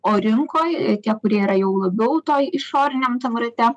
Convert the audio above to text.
o rinkoj tie kurie yra jau labiau toj išoriniam tam rate